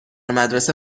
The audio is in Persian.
مدرسه